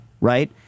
right